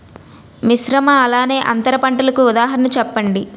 మిశ్రమ అలానే అంతర పంటలకు ఉదాహరణ చెప్పండి?